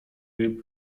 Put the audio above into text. ryb